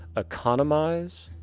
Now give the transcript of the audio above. economize?